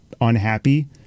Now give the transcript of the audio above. unhappy